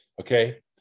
okay